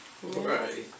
right